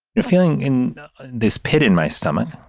know, feeling in this pit in my stomach.